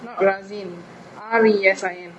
not raisin R_E_S_I_N